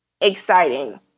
exciting